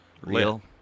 real